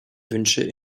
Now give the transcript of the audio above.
wünsche